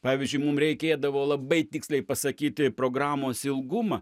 pavyzdžiui mum reikėdavo labai tiksliai pasakyti programos ilgumą